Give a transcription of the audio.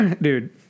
dude